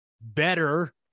better